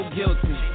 guilty